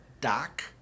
doc